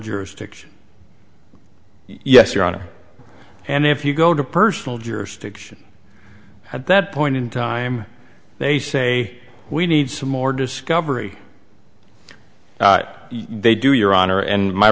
jurisdiction yes your honor and if you go to personal jurisdiction at that point in time they say we need some more discovery they do your honor and my